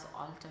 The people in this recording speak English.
alter